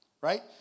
Right